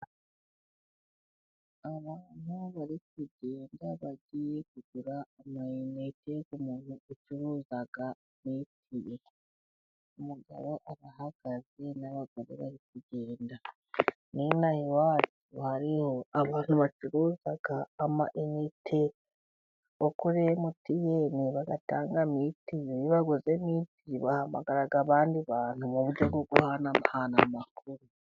Abantu bari kugenda bagiye kugura amayinite ku muntu ucuruza mitiyu, umugabo arahagaze n'abagore bari kugenda. N'ino aha iwacu, hariho abantu bacuruza amayinite bo kuri emutiyene bagatanga mitiyu, iyo baguze mitiyu bahamagara abandi bantu mu buryo bwo guhanahana amakuru.